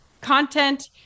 content